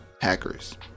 hackers